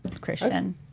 Christian